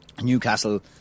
Newcastle